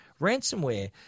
Ransomware